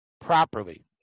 properly